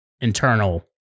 internal